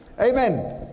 Amen